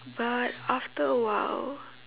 but after awhile